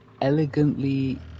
elegantly